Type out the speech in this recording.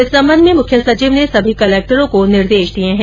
इस संबंध में मुख्य सचिव ने सभी कलेक्टरों को निर्देश दिए हैं